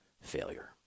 failure